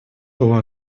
была